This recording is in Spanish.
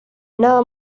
nada